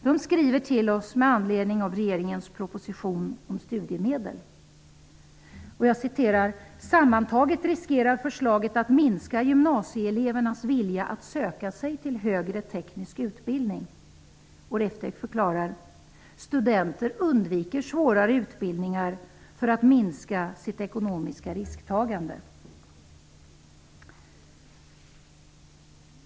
Reftec skriver till oss med anledning av regeringens proposition om studiemedel: ''Sammantaget riskerar förslaget att minska gymnasieelevernas vilja att söka sig till högre teknisk utbildning.'' Reftec förklarar att ''studenter undviker svåra utbildningar för att minska sitt ekonomiska risktagande''.